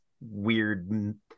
weird